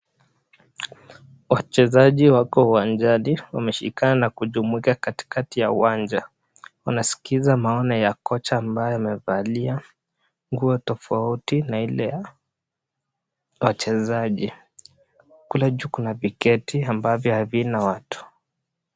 Wachezaji wako uwanjani wameshikana kujumuika katikati ya uwanja. Wanasikiza maono ya kocha ambaye amevalia nguo tofauti na ile ya wachezaji. Kule juu kuna viketi ambavyo havina watu .